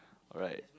right